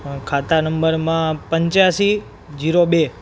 ખાતા નંબરમાં પંચ્યાશી ઝીરો બે